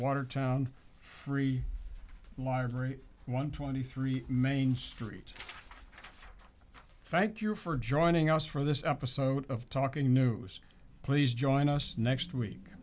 watertown free library one twenty three main street thank you for joining us for this episode of talking news please join us next week